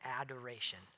adoration